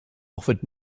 offered